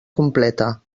completa